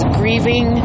grieving